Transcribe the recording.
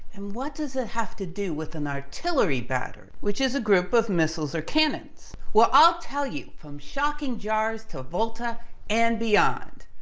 and what does it have to do with an artillery battery, which is a group of missiles or canons. well, i'll tell you from shocking jars to volta and beyond.